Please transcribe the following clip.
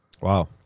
Wow